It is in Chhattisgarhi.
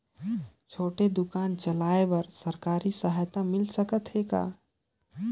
छोटे दुकान चलाय बर सरकारी सहायता मिल सकत हे का?